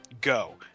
go